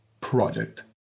project